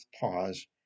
pause